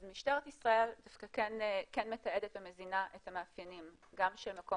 אז משטרת ישראל כן מתעדת ומזינה את המאפיינים גם של מקום